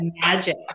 magic